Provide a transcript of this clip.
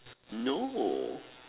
no